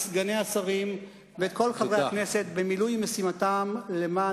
את סגני השרים ואת כל חברי הכנסת במילוי משימתם למען